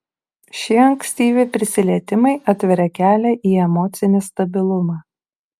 šie ankstyvi prisilietimai atveria kelią į emocinį stabilumą